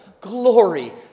glory